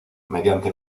mediante